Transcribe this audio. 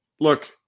look